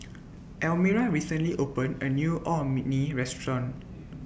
Elmira recently opened A New Orh Me Nee Restaurant